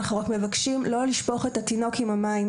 אנחנו רק מבקשים לא לשפוך את התינוק עם המים,